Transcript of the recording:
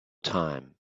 time